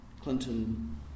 Clinton